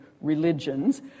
religions